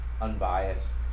unbiased